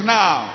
now